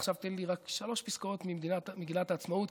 עכשיו תן לי רק שלוש פסקאות ממגילת העצמאות,